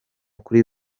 kuri